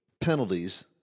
penalties